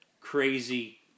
crazy